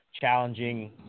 challenging